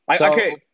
Okay